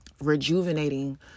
rejuvenating